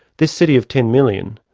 this city of ten million,